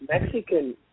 Mexican